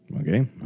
Okay